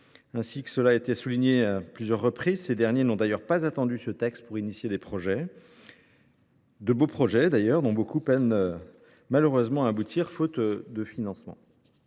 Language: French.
Ainsi que cela a été souligné à plusieurs reprises, ces derniers n’ont d’ailleurs pas attendu ce texte pour commencer de beaux projets, dont beaucoup peinent malheureusement à aboutir faute de financement.